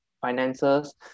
finances